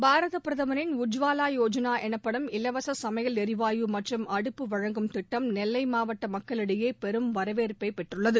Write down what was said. பாரதப் பிரதமரின் உஜ்வாலா யோஜனா எனப்படும் இலவச சமையல் எரிவாயு மற்றும் அடுப்பு வழங்கும் திட்டம் நெல்லை மாவட்ட மக்களிடையே பெரும் வரவேற்பைப் பெற்றுள்ளது